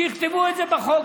שיכתבו את זה בחוק.